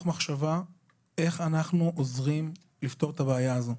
מחשבה איך אנחנו עוזרים לפתור את הבעיה הזאת.